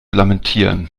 lamentieren